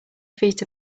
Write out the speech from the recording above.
feet